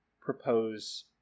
propose